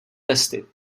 testy